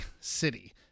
City